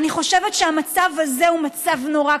אני חושבת שהמצב הזה הוא מצב נורא,